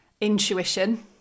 intuition